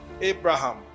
Abraham